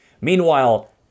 Meanwhile